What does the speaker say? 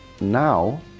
now